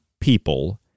people